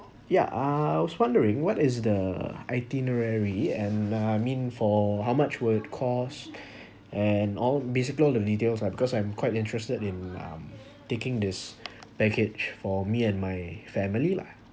ya uh I was wondering what is the(uh) itinerary and I mean for how much would it cost and all basically all the details lah because I'm quite interested in um taking this package for me and my family lah